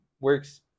works